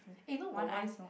even got once